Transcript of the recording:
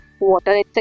water